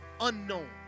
unknown